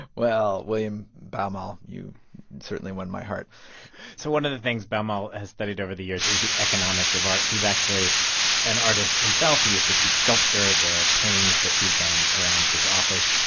well, william baumol, you certainly won my heart so one of the things baumol has studied over the years is the economics of art. he's actually an artist himself. he used to teach sculpture. there are paintings that he's done around his office.